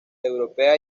europea